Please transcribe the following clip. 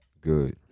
Good